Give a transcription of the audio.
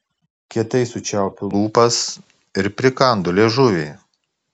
kietai sučiaupiu lūpas ir prikandu liežuvį